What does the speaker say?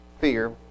fear